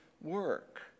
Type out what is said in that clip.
work